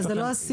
אבל זה לא השיח.